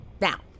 Now